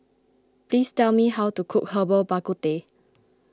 please tell me how to cook Herbal Bak Ku Teh